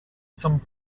zum